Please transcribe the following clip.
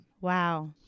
Wow